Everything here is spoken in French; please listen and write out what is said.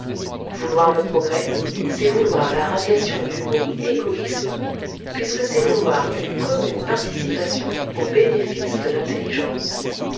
vouloir le progrès c'est vouloir la radiation du mot égoïsme puisque c'est vouloir une commune participation aux bénéfices de l'intelligence